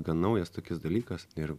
gan naujas tokis dalykus ir